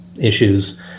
issues